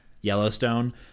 Yellowstone